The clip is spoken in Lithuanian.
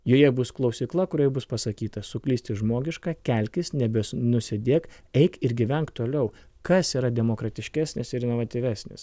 joje bus klausykla kurioje bus pasakyta suklysti žmogiška kelkis nebes nusidėk eik ir gyvenk toliau kas yra demokratiškesnis ir inovatyvesnis